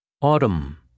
Autumn